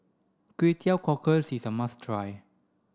Kway Teow Cockles is a must try